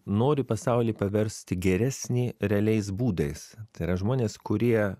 nori pasaulį paversti geresnį realiais būdais tai yra žmonės kurie